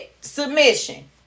submission